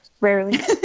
Rarely